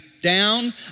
down